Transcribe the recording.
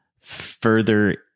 further